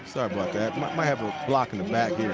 sorry about that. might might have a block in the back